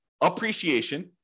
appreciation